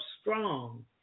strong